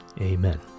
Amen